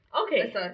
Okay